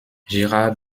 gérard